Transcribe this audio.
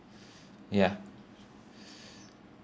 ya